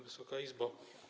Wysoka Izbo!